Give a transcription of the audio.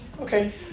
Okay